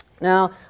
Now